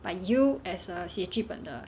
but you as a 写剧本的